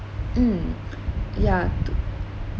mm yeah to